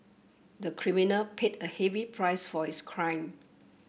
the criminal paid a heavy price for his crime